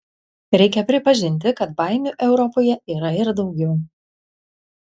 reikia pripažinti kad baimių europoje yra ir daugiau